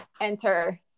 Enter